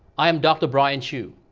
i'm dr. bryan chu.